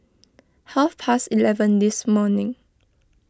half past eleven this morning